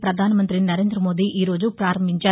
ప్రపధానమంతి నరేంద్రమోదీ ఈరోజు ప్రారంబించారు